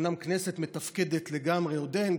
אומנם כנסת מתפקדת לגמרי עוד אין,